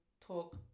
talk